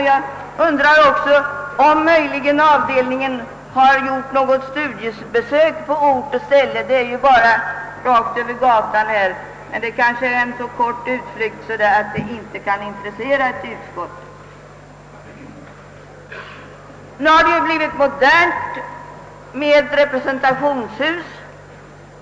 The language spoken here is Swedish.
Jag undrar om avdelningen gjort något studiebesök på ort och ställe; museet ligger ju alldeles invid Riksdagshuset, men det är kanske en alltför kort utflykt för att den skulle intressera ett utskott. Det har ju blivit modernt med representationshus.